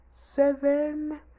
Seven